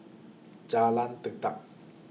Jalan Tekad